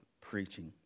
preaching